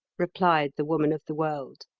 replied the woman of the world.